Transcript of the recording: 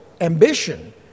ambition